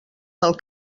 del